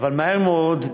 אבל מהר מאוד,